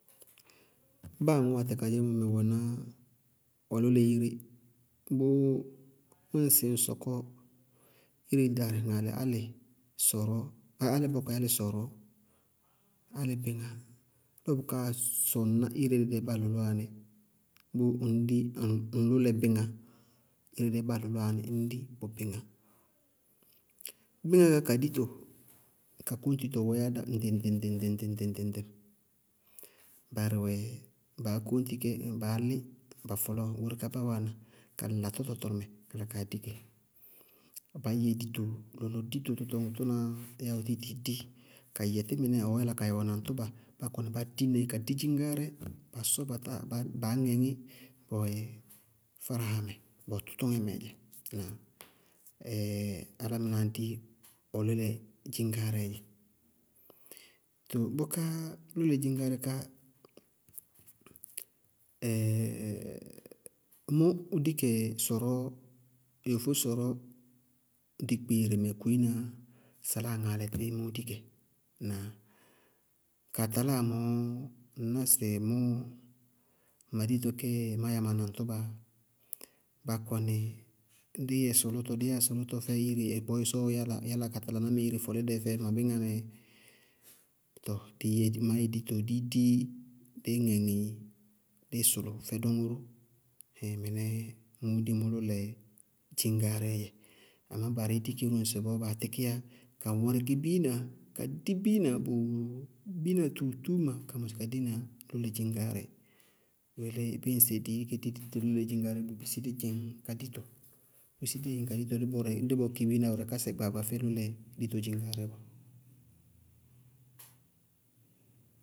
Báa aŋʋ atɛ kayé mɛ wɛná ɔ lʋlɛ iré. Bʋʋ bíɩ ŋsɩ ŋ sɔkɔ ire darɩ ŋaalɛ álɩ sɔrɔɔ, álɩ bɔkɔɩ álɩ sɔrɔɔ, álɩ bíŋá, lɔ bʋ kaa sɔŋná ire dɛɛ bá lʋlʋwá ní, bʋʋ ŋñ di ŋ lʋlɛ bíŋá, ire dɛɛ bá lʋlʋwá ní, ññ di bʋ bíŋá. Bíŋá ká ka dito, ka kóñtitɔ wɛɛ yá ŋɖɩŋ- ŋɖɩŋ- ŋɖɩŋ- ŋɖɩŋ- ŋɖɩŋ: barɩ wɛ, baá kɔ di kɛ baá lí ba fɔlɔɔ goóre kaá bá wáana, kala tɔtɔ tʋrʋmɛ kala kaa di kɛ. Bá yɛ dito, lɔlɔ dito tʋ tɔɔ mʋ tʋna yáa ɔ tíɩ tɩɩ di, ka yɛ tí mɩnɛ ɔɔ yála ka ya ɔ naŋtʋba, bá kɔnɩ ka dina í bá di dziñŋáárɛ, baá sʋ batáa baá ŋɛŋí, bawɛ fáráham mɛ, bawɛ tʋtʋŋɛ mɛɛ dzɛ. Ŋnáa? Ɛɛɛ álámɩnáá di ɔ lɛlɛ dziŋgáárɛɛ dzɛ. Too bʋká lʋlɛ dziŋgáárɛ ká, mʋʋ dikɛ sɔrɔɔ, yofó sɔrɔɔ dikpeere mɛ kʋ ina saláa ŋaalɛ tíí mʋʋ dikɛ. Ŋnáa? Kaa taláa mɔɔ, ŋñná sɩ ma dito keeyɛ má ya ma naŋtʋba, bá kɔnɩ díí yɛ sʋlʋtɔ, dí yɛyá sʋlʋtɔ fɛ ire bɔɔ ɩsɔɔ yáláa ka tala ná mɛ ire fɔkídɛ fɛ ma bíŋá mɛ, tɔɔ máá yɛ díí di díí ŋɛŋɩ, díí sʋlʋ fɛ dɔŋɔ ró hɛŋŋŋ mɩnɛɛ mʋʋ di mʋ lʋlɛ dziŋgáárɛɛ dzɛ. Amá barɩí dikɛ ró ŋsɩbɔɔ baa tíkíyá ka wɛrɛkɩ biina, ka di biina, bububu, biina tuutúúma, ka mɔsɩ ka dina lʋlɛ dziŋgáárɛ, bʋ yelé bíɩ ŋsɩ dɩí gɛ dí di dɩ lʋlɛ dziŋgáárɛ, bʋ bisí dí dzɩŋ ka dito, bʋ bisí dí dzɩŋ ka dito, dí bɔ kɩ biina wɛrɛkásɛ gbaagba fɛ lʋlɛ dito dziŋgáárɛ.